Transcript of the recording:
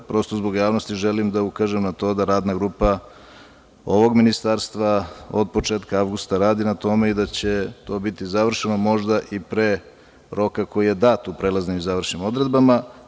Prosto, zbog javnosti želim da ukažem na to da radna grupa ovog Ministarstva od početka avgusta radi na tome i da će to biti završeno možda i pre roka koji je dat u prelaznim i završnim odredbama.